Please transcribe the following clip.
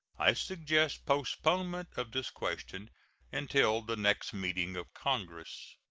i suggest postponement of this question until the next meeting of congress.